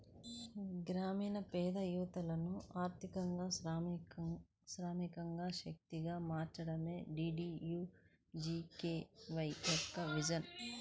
గ్రామీణ పేద యువతను ఆర్థికంగా శ్రామిక శక్తిగా మార్చడమే డీడీయూజీకేవై యొక్క విజన్